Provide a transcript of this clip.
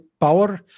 power